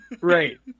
Right